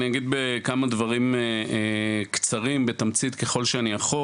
אני אגיד כמה דברים קצרים בתמצית ככל שאני יכול.